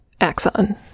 axon